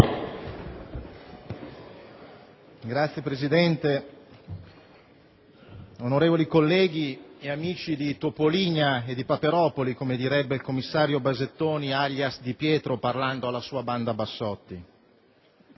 Signor Presidente, onorevoli colleghi e amici di Topolinia e Paperopoli, come direbbe il commissario Basettoni, *alias* Di Pietro, parlando alla banda Bassotti,